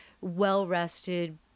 well-rested